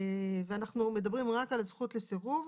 ואנחנו מדברים רק על הזכות לסירוב.